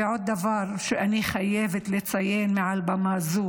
ועוד דבר שאני חייבת לציין מעל במה זו